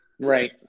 Right